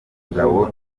mugabo